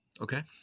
Okay